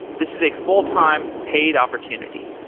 this is a full-time paid opportunity.